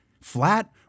flat